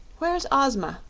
where's ozma?